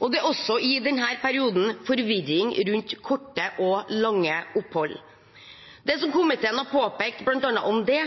og det er også i denne perioden forvirring rundt korte og lange opphold. Det komiteen har påpekt om bl.a. det,